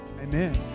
Amen